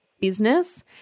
business